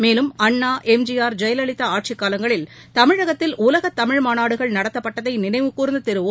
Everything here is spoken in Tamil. மேலும் அண்ணா எம் ஜி ஆர் ஜெயலவிதா ஆட்சிக்காலங்களில் தமிழகத்தில் உலகத் தமிழ் மாநாடுகள் நடத்தப்பட்டதை நினைவு கூர்ந்த திரு ஓ